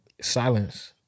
silence